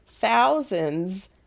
thousands